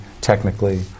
technically